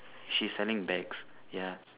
she's selling bags ya